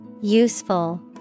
Useful